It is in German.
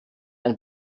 ein